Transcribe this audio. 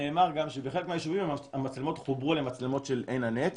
נאמר גם שבחלק מהיישובים המצלמות חוברו למצלמות של "עין הנץ",